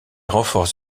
renforts